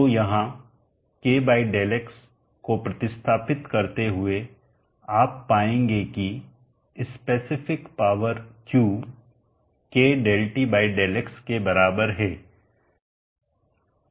तो यहां k Δx को प्रतिस्थापित करते हुए आप पाएंगे कि specific power q k ΔTΔx के बराबर है